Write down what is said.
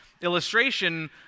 illustration